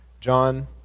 John